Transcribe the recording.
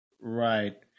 right